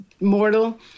mortal